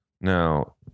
Now